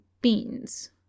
beans